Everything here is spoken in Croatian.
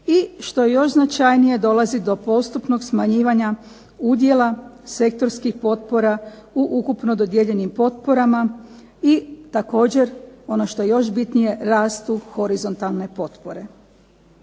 i što je još značajnije dolazi do postupnog smanjivanja udjela sektorskih potpora u ukupno dodijeljenim potporama i također ono što je još bitnije rastu horizontalne potpore.